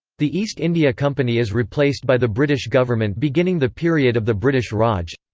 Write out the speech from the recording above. the east india company is replaced by the british government beginning the period of the british raj.